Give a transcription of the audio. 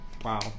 Wow